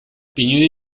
pinudi